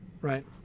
right